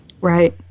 Right